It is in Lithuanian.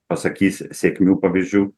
pasakys sėkmių pavyzdžių